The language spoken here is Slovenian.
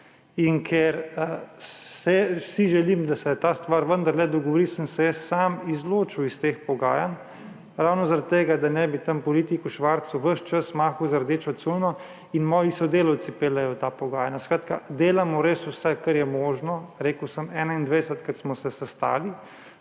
In ker si želim, da se ta stvar vendarle dogovori, sem se jaz sam izločil iz teh pogajanj. Ravno zaradi tega, da ne bi tam politiku Švarcu ves čas mahal z rdečo cunjo, moji sodelavci peljejo ta pogajanja. Skratka, delamo res vse, kar je možno. Rekel sem, 21-krat smo se sestali,